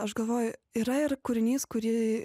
aš galvoju yra ir kūrinys kurį